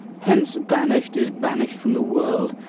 hence-banished is banish'd from the world,